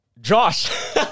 Josh